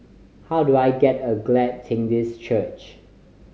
how do I get a Glad Tidings Church